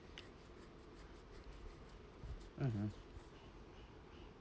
mmhmm